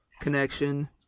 connection